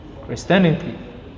Christianity